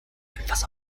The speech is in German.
irgendwas